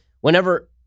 Whenever